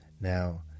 Now